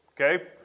Okay